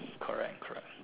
correct correct